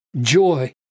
joy